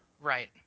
Right